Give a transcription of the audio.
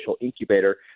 incubator